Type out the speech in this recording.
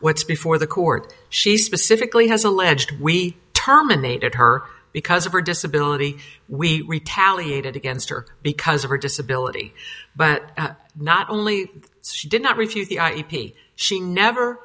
what's before the court she specifically has alleged we terminated her because of her disability we retaliated against her because of her disability but not only did not refute the ip she never